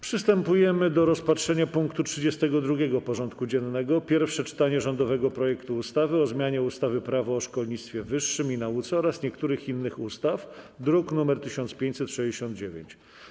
Przystępujemy do rozpatrzenia punktu 32. porządku dziennego: Pierwsze czytanie rządowego projektu ustawy o zmianie ustawy - Prawo o szkolnictwie wyższym i nauce oraz niektórych innych ustaw (druk nr 1569)